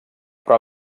però